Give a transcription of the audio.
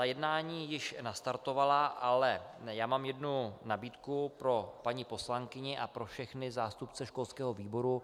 Jednání již nastartovala, ale já mám jednu nabídku pro paní poslankyni a pro všechny zástupce školského výboru.